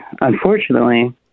unfortunately